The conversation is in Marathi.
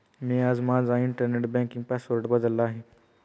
मी आज माझा इंटरनेट बँकिंग पासवर्ड बदलला आहे